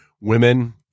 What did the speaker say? Women